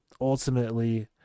ultimately